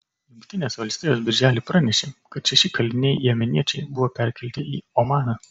jungtinės valstijos birželį pranešė kad šeši kaliniai jemeniečiai buvo perkelti į omaną